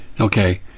Okay